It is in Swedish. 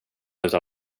utan